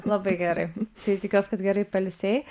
labai gerai tai tikiuos kad gerai pailsėjai